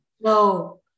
No